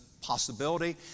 possibility